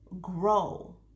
grow